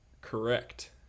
Correct